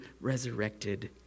resurrected